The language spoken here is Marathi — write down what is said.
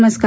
नमस्कार